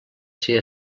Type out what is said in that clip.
ser